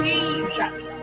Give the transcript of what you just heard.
Jesus